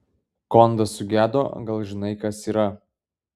kondas sugedo gal žinai kas yra